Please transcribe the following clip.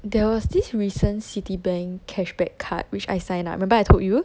there was this recent citibank cashback card which I sign up remember I told you